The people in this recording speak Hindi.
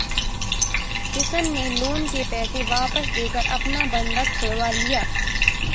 किशन ने लोन के पैसे वापस देकर अपना बंधक छुड़वा लिया